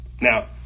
Now